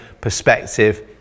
perspective